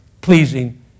pleasing